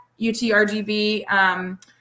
UTRGV